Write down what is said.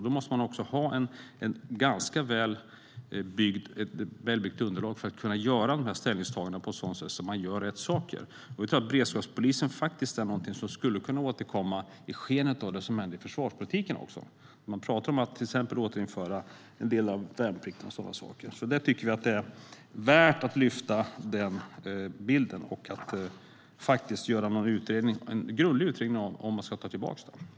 Då måste man ha ett väl underbyggt underlag för att kunna göra ställningstaganden på ett sådant sätt att man gör rätt saker. Vi tror att beredskapspolisen är något som skulle kunna återkomma i skenet av vad som händer i försvarspolitiken, där man pratar om att exempelvis återinföra en del av värnplikten. Det är värt att lyfta fram den bilden och att göra en grundlig utredning av om den ska komma tillbaka.